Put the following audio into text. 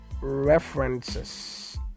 references